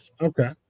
okay